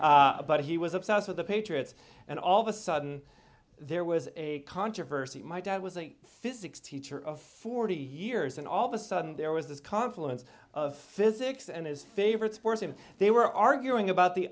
but he was obsessed with the patriots and all of a sudden there was a controversy my dad was a physics teacher of forty years and all the sudden there was this confluence of physics and his favorite sports and they were arguing about the